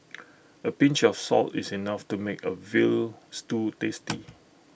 A pinch of salt is enough to make A Veal Stew tasty